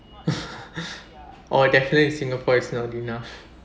oh definitely singapore is not enough